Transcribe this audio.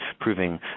proving